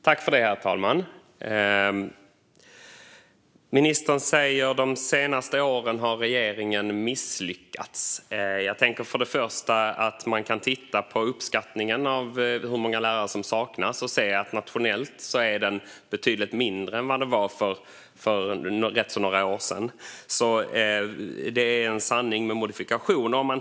Herr talman! Ministern säger att regeringen de senaste åren har misslyckats. Man kan titta på det uppskattade antalet lärare som saknas och se att det nationellt sett är ett betydligt mindre antal än det var för några år sedan. Det är alltså en sanning med modifikation.